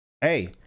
Hey